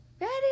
Ready